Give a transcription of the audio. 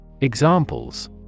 Examples